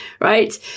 right